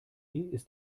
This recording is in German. ist